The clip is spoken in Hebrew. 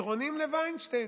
הפתרונים לווינשטיין.